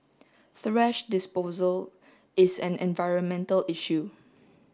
thrash disposal is an environmental issue